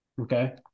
Okay